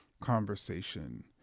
conversation